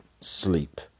Sleep